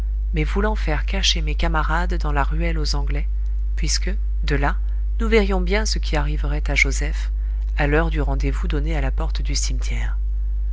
mais voulant faire cacher mes camarades dans la ruelle aux anglais puisque de là nous verrions bien ce qui arriverait à joseph à l'heure du rendez-vous donné à la porte du cimetière